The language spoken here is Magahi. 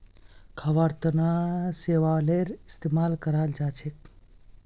खाबार तनों शैवालेर इस्तेमाल कराल जाछेक